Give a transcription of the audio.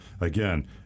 again